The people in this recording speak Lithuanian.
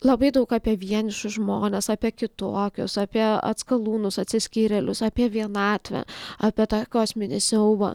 labai daug apie vienišus žmones apie kitokius apie atskalūnus atsiskyrėlius apie vienatvę apie tą kosminį siaubą